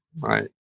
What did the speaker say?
Right